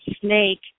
snake